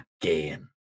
again